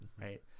right